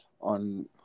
on